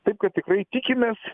taip kad tikrai tikimės